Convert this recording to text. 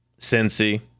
Cincy